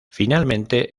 finalmente